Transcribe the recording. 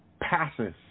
passes